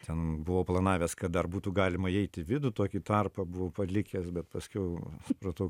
ten buvau planavęs kad dar būtų galima įeit į vidų tokį tarpą buvau palikęs bet paskiau supratau